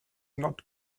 not